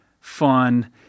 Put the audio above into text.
fun